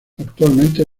actualmente